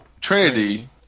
Trinity